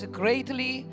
greatly